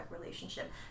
relationship